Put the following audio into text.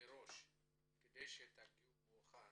מראש כדי שתגיעו מוכנים,